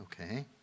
okay